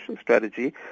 strategy